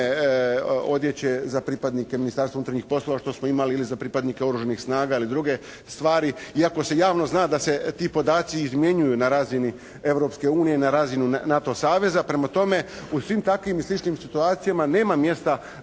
odjeće za pripadnike Ministarstva unutarnjih poslova, što smo imali ili za pripadnike Oružanih snaga ili druge stvari. Iako se javno zna da se ti podaci izmjenjuju na razini Europske unije i na razini NATO saveza. Prema tome, u svim takvim i sličnim situacijama nema mjesta